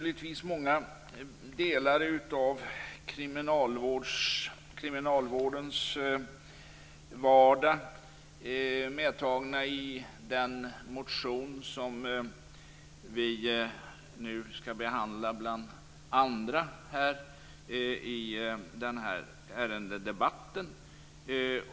Många delar av kriminalvårdens vardag finns med i den motion som vi nu bland andra skall behandla i denna ärendedebatt.